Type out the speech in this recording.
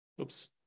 Oops